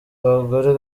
abagore